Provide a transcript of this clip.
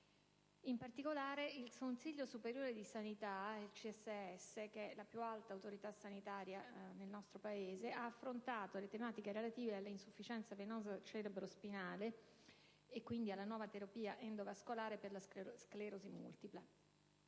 segnala che il Consiglio superiore di sanità (CSS), la più alta autorità sanitaria nel nostro Paese, ha affrontato le tematiche relative alla insufficienza venosa cerebro-spinale cronica (CCSVI) e quindi alla «Nuova terapia endovascolare per la sclerosi multipla».